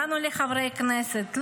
לנו, לחברי הכנסת?